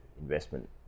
investment